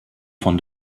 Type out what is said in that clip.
von